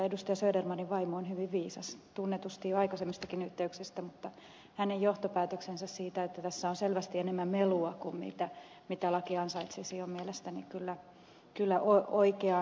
södermanin vaimo on hyvin viisas tunnetusti jo aikaisemmistakin yhteyksistä ja hänen johtopäätöksensä siitä että tässä on selvästi enemmän melua kuin laki ansaitsisi on mielestäni kyllä oikeaan osunut